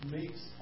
makes